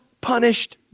punished